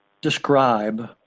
describe